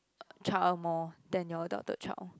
child more than your adopted child